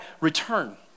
return